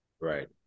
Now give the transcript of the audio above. Right